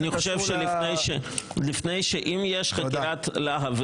מה זה קשור --- אם יש חקירת להב,